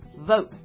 Vote